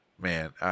Man